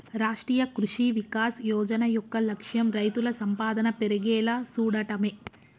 రాష్ట్రీయ కృషి వికాస్ యోజన యొక్క లక్ష్యం రైతుల సంపాదన పెర్గేలా సూడటమే